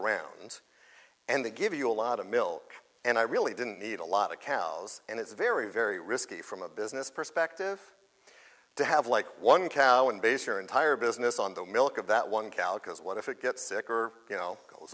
around and they give you a lot of milk and i really didn't need a lot of cows and it's very very risky from a business perspective to have like one cow and base your entire business on the milk of that one calicos what if it gets sick or you know goes